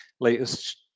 latest